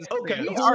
Okay